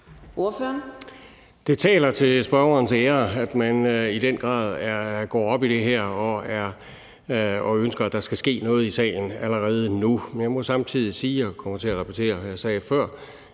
Det taler til spørgerens ære, at man i den grad går op i det her og ønsker, at der skal ske noget i salen allerede nu. Jeg må samtidig sige, at jeg kommer til at repetere, hvad jeg sagde før,